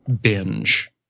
binge